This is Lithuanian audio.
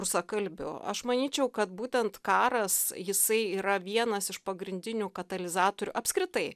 rusakalbių aš manyčiau kad būtent karas jisai yra vienas iš pagrindinių katalizatorių apskritai